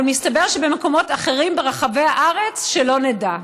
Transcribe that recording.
אבל במקומות אחרים ברחבי הארץ, שלא נדע: